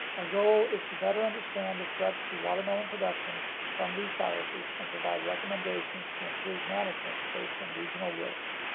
our goal is to better understand the threats to watermelon production from these viruses and provide recommendations to improve management based on regional risk.